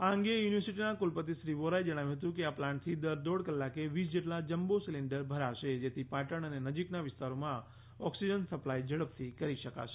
આ અંગે યુનિવર્સીટીના કુલપતિ શ્રી વોરાએ જણાવ્યું હતું કે આ પ્લાન્ટથી દર દોઢ કલાકે વીસ જેટલા જમ્બો સીલીન્ડર ભરાશે જેથી પાટણ અને નજીકના વિસ્તારોમાં ઓકસીજન સપ્લાય ઝડપથી કરી શકાશે